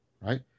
right